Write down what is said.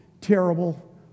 terrible